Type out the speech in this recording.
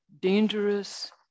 dangerous